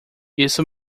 isso